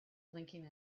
blinking